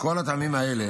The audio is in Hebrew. מכל הטעמים האלה,